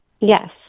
Yes